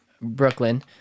brooklyn